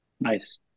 Nice